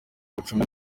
gucunga